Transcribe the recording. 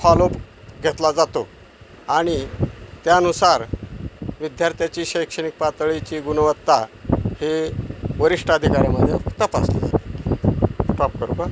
follow-up घेतला जातो आणि त्यानुसार विद्यार्थ्याची शैक्षणिक पातळीची गुणवत्ता हे वरिष्ठ अधिकाऱ्यामध्ये तपासली जाते स्टॉप करू का